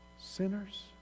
sinners